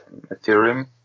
Ethereum